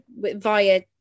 via